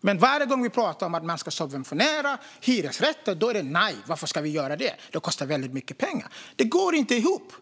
Men varje gång vi pratar om att man ska subventionera hyresrätter låter det så här: Nej, varför ska vi göra det? Det kostar väldigt mycket pengar. Det här går inte ihop.